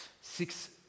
six